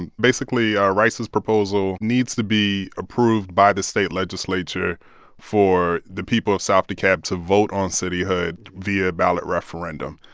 and basically, ah rice's proposal needs to be approved by the state legislature for the people of south dekalb to vote on cityhood via ballot referendum.